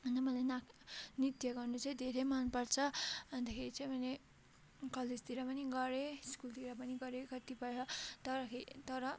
अन्त मलाई नाक नृत्य गर्नु चाहिँ धेरै मनपर्छ अन्तखेरि चाहिँ मैले कलेजतिर पनि गरेँ स्कुलतिर पनि गरेँ कतिपय तर हे तर